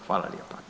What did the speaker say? Hvala lijepa.